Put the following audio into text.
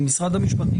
עם משרד המשפטים,